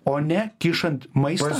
o ne kišant maistą